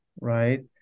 right